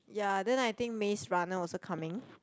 ya then I think Maze-Runner also coming